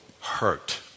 hurt